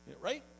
Right